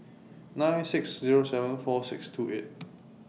nine six Zero seven four six two eight